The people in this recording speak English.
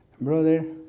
brother